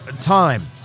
time